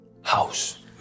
house